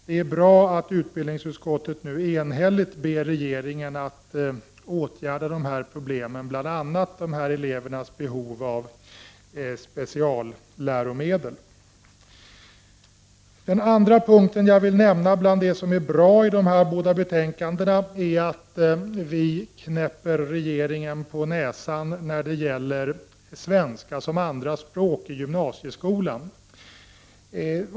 Det är bra att utbildningsutskottet nu enhälligt ber regeringen att åtgärda dessa problem, bl.a. dessa elevers behov av specialläromedel. Den andra punkten som jag vill nämna bland det som är bra i dessa båda betänkanden är att utbildningsutskottet knäpper regeringen på näsan när det gäller svenska som andraspråk i gymnasieskolan.